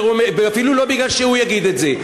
ואפילו לא כי הוא יגיד את זה,